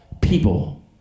people